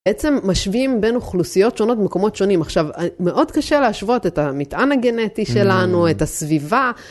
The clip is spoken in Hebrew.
בעצם משווים בין אוכלוסיות שונות ממקומות שונים. עכשיו, מאוד קשה להשוות את המטען הגנטי שלנו, את הסביבה.